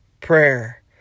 Prayer